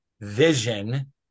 vision